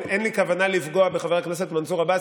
אין לי כוונה לפגוע בחבר הכנסת מנסור עבאס.